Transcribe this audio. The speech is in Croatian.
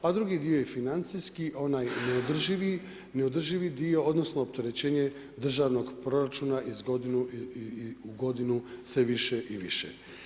A drugi dio i financijski, onaj neodrživi dio, odnosno opterećenje državnog proračuna iz godine u godinu sve više i više.